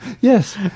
yes